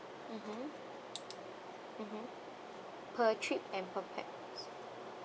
mmhmm mmhmm per trip and per pax